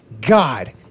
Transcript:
god